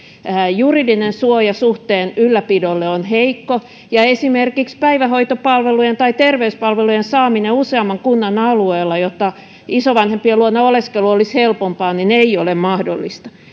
juridinen suoja suhteen ylläpidolle on heikko ja esimerkiksi päivähoitopalvelujen tai terveyspalvelujen saaminen useamman kunnan alueella jotta isovanhempien luona oleskelu olisi helpompaa ei ole mahdollista